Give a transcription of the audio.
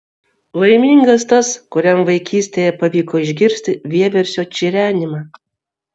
laimingas tas kuriam vaikystėje pavyko išgirsti vieversio čirenimą